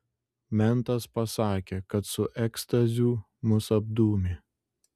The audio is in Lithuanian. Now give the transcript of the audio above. mentas pasakė kad su ekstazių mus apdūmė